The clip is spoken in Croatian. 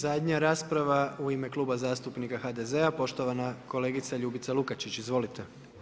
I zadnja rasprava u ime Kluba zastupnika HDZ-a, poštovana kolegica Ljubica Lukačić, izvolite.